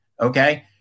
okay